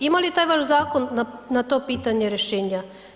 Ima li taj vaš zakon na to pitanje rješenje?